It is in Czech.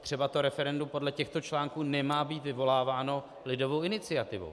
Třeba to referendum podle těchto článků nemá být vyvoláváno lidovou iniciativou.